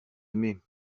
aimé